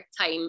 time